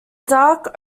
dark